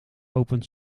opent